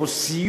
בשם החוק,